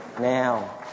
Now